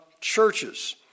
churches